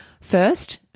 First